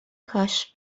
کاش